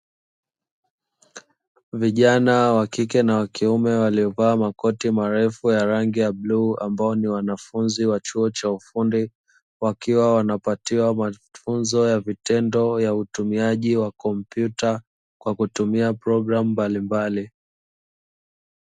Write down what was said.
Vijana wa kike na wa kiume, waliovaa makoti marefu ya rangi ya bluu ambao ni wanafunzi wa chuo cha ufundi, wakiwa wanapatiwa mafunzo ya vitendo ya utumiaji wa kompyuta kwa kutumia programu mbalimbali.